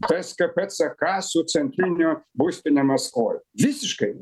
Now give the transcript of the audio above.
tskp ck su centriniu būstine maskvoj visiškai ne